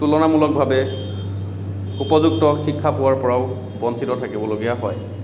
তুলনামূলকভাৱে উপযুক্ত শিক্ষা পোৱাৰপৰাও বঞ্চিত থাকিবলগীয়া হয়